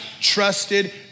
trusted